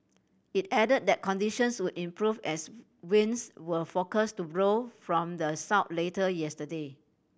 it added that conditions would improve as winds were forecast to blow from the south later yesterday